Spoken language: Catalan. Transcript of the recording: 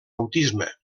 autisme